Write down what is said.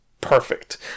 perfect